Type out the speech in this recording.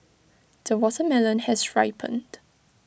the watermelon has ripened